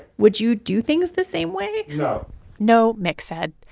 would you do things the same way? no no, mick said.